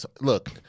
Look